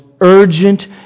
urgent